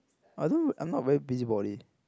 I don't I'm not very busybody